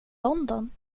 london